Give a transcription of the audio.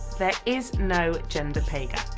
there is no gender pay gap.